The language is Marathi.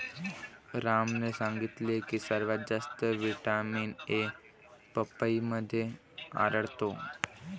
रामने सांगितले की सर्वात जास्त व्हिटॅमिन ए पपईमध्ये आढळतो